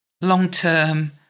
long-term